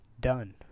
Done